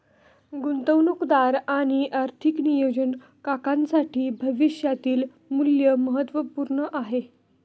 गुंतवणूकदार आणि आर्थिक नियोजन काकांसाठी भविष्यातील मूल्य महत्त्वपूर्ण आहे